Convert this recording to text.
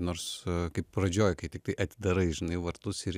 nors kaip pradžioj kai tiktai atidarai žinai vartus ir